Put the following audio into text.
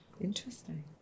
Interesting